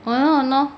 !hannor! !hannor!